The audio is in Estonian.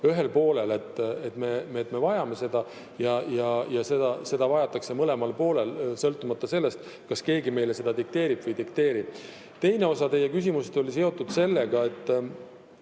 ühel poolel, et me vajame seda ja seda vajatakse mõlemal poolel, sõltumata sellest, kas keegi meile seda dikteerib või ei dikteeri. Teine osa teie küsimusest oli seotud sellega, et